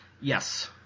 Yes